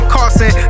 Carson